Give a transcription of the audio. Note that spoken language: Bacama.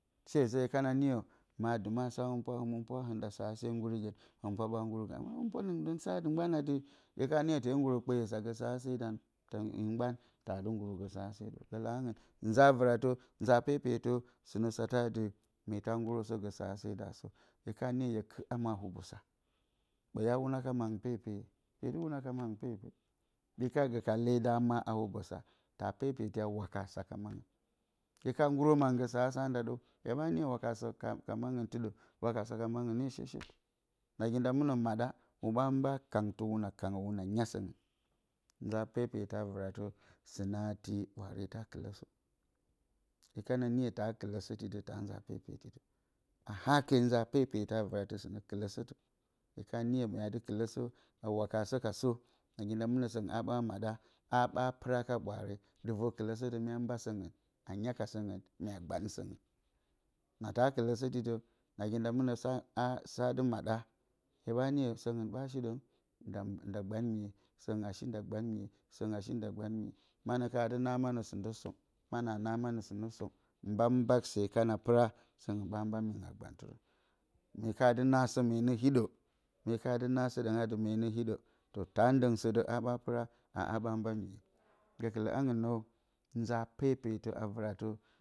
Shezǝ hye ka niyǝ ma dɨma asa hǝmɨnpwa hɨn ɗa sǝhase hǝmɨnpwa ɓa ngurugǝn, hye ka niƴǝ tee ngurǝ kpesa gǝ sǝ hasedan hɨn mgban taa dɨ ngurugu sǝ hasedǝu a vɨratǝ nza pepetǝ kǝtǝ atɨ myeta ngurǝgǝsǝ sǝhasedasǝ hye ka niyǝ hye kɨt ama a hubǝsa ee dɨ wǝnaka ka, angɨn pepe hye ka kɨt ma hubosa taa pepeti a wakasa ka mangɨn. hye ka ngurǝ mangɨn sǝhasa nda dǝu hye nɨyǝ pepeta na wakasa ka mangɨn tɨɗǝ wakasa ka manglin ne shetshet nagi nda mɨnǝ maɗa whun ɓa kangtǝ kangǝ whunw nya sǝngɨn nza pepetǝ a vɨratǝ sɨna bwaare ta kɨlǝsǝ hye ka niyǝ taa kɨlǝsǝti dǝu taa nza pepetidǝ a hake nza pepeta a vɨratǝ sɨnǝ kǝlǝsǝtǝ hye ka niyǝ mye dɨ kɨlǝsǝ a waka sǝkasǝ́ naginda mɨna sǝngnín a ba maɗa a ɓa pɨrag ka ɓwaare dɨ vǝr kɨlǝsǝtǝ mye ɓa mba sɨngɨn mya gbam sǝngɨn na taa kɨlǝsǝtidǝu sa kat dɨ maɗa sǝngɨn ashi nda gbam miye sǝngɨn ashi nda gbam miye manǝ kana naa manǝ sɨnǝ som mana a naa manǝ sɨnǝ som mbak mbak se kana pɨra mya kana dɨ naasǝ adɨ myene hiɗo taa ndǝng sǝ a ɓa pɨra a mbamiye gǝ angɨn,